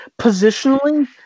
positionally